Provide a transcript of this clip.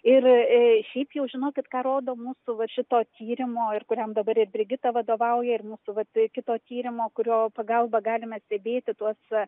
ir šiaip jau žinokit ką rodo mūsų va šito tyrimo ir kuriam dabar brigita vadovauja ir mūsų vat kito tyrimo kurio pagalba galime stebėti tuos